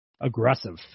aggressive